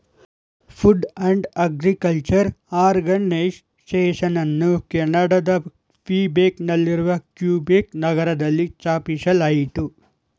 food and agriculture ಆರ್ಗನೈಸೇಷನನ್ನು ಕೆನಡಾದ Quebec ನಲ್ಲಿರುವ ಕ್ಯುಬೆಕ್ ನಗರದಲ್ಲಿ ಸ್ಥಾಪಿಸಲಾಯಿತು